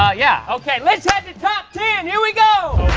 yeah, ok, let's head to top ten. here we go!